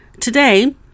Today